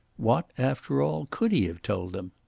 what, after all, could he have told them?